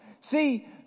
See